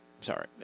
Sorry